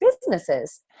businesses